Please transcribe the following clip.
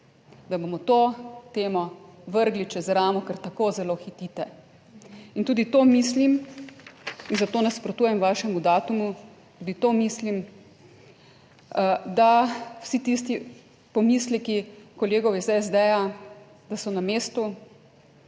da bomo to temo vrgli čez ramo, ker tako zelo hitite. Tudi to mislim in zato nasprotujem vašemu datumu, tudi to mislim, da vsi tisti pomisleki kolegov iz SD, da so na mestu.